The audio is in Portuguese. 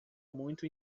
muito